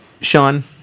Sean